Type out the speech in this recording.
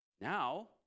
Now